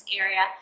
area